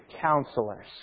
counselors